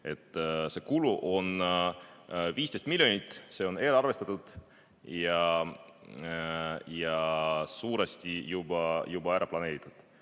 See kulu on 15 miljonit, see on eelarvestatud ja suuresti juba ära planeeritud.